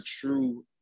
true